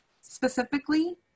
specifically